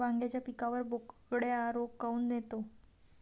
वांग्याच्या पिकावर बोकड्या रोग काऊन येतो?